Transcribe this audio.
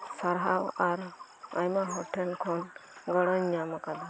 ᱥᱟᱨᱦᱟᱣ ᱟᱨ ᱟᱭᱢᱟ ᱦᱚᱲᱴᱷᱮᱱ ᱠᱷᱚᱱ ᱜᱚᱲᱚᱧ ᱧᱟᱢ ᱟᱠᱟᱫᱟ